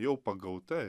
jau pagauta